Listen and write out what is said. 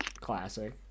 Classic